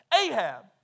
Ahab